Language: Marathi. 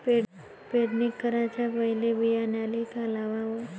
पेरणी कराच्या पयले बियान्याले का लावाव?